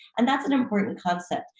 and that's an important concept,